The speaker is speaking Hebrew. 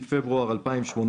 מפברואר 2018"